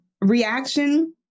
reaction